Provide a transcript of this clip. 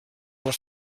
les